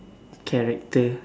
character